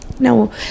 no